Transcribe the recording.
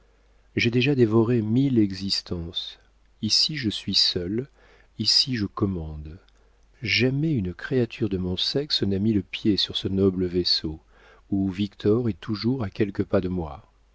j'ai déjà dévoré mille existences ici je suis seule ici je commande jamais une créature de mon sexe n'a mis le pied sur ce noble vaisseau où victor est toujours à quelques pas de moi